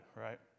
right